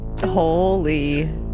Holy